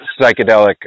psychedelic